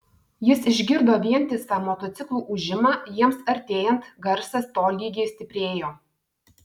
jis išgirdo vientisą motociklų ūžimą jiems artėjant garsas tolygiai stiprėjo